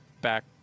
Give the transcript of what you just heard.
back